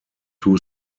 two